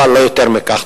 אבל לא יותר מכך.